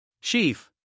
Chief